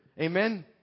Amen